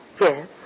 Yes